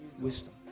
wisdom